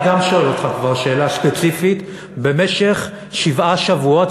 גם אני שואל אותך שאלה ספציפית כבר במשך שבעה שבועות,